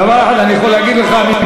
דבר אחד אני יכול להגיד מפה,